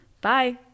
Bye